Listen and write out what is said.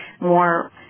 more